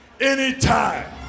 anytime